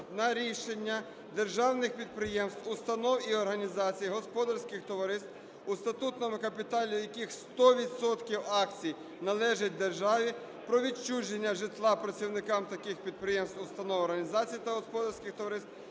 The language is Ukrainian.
на рішення державних підприємств, установ і організацій, господарських товариств, у статутному капіталі яких 100 відсотків акцій належить державі, про відчуження житла працівникам таких підприємств, установ, організацій та господарських товариств